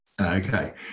Okay